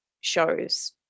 shows